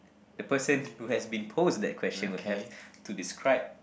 the person who has been posed that question will have to describe